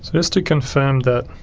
so just to confirm that